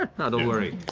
not a worry,